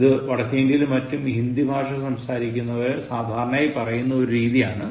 ഇത് വടക്കേ ഇന്ത്യയിലും മറ്റും ഹിന്ദി ഭാഷ സംസാരിക്കുന്നവർ സാധാരണ പറയുന്ന ഒരു രീതിയാണ്